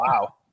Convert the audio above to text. Wow